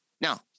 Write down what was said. Now